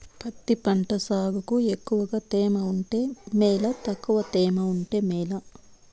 పత్తి పంట సాగుకు ఎక్కువగా తేమ ఉంటే మేలా తక్కువ తేమ ఉంటే మేలా?